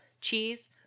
cheese